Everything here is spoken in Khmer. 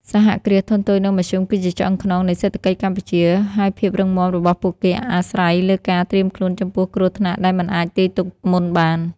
សហគ្រាសធុនតូច និងមធ្យម គឺជាឆ្អឹងខ្នងនៃសេដ្ឋកិច្ចកម្ពុជា ហើយភាពរឹងមាំរបស់ពួកគេអាស្រ័យលើការត្រៀមខ្លួនចំពោះគ្រោះថ្នាក់ដែលមិនអាចទាយទុកមុនបាន។